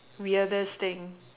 weirdest thing